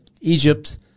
Egypt